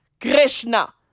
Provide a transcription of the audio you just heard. Krishna